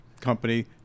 company